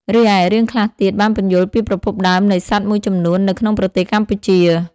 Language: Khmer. រីឯ រឿងខ្លះទៀតបានពន្យល់ពីប្រភពដើមនៃសត្វមួយចំនួននៅក្នុងប្រទេសកម្ពុជា។